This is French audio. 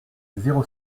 zéro